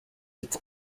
its